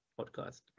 podcast